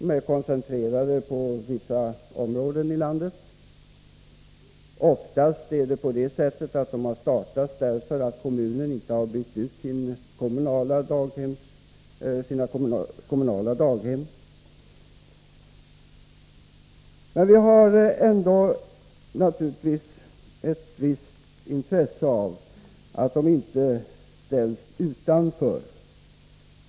De är koncentrerade till vissa områden i landet, och oftast har de startats därför att kommunen inte har byggt ut sin barnomsorg. Vi har naturligtvis intresse av att de inte ställs utanför.